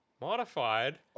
modified